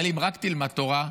אבל אם רק תלמד תורה,